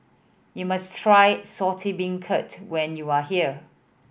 you must try Saltish Beancurd when you are here